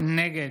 נגד